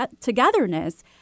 togetherness